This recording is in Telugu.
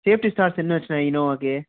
సేఫ్టీ స్టార్స్ ఎన్ని వచ్చాయి ఇన్నోవాకి